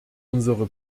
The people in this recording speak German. unsere